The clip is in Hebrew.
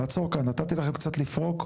נתתי לכם קצת לפרוק.